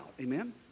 Amen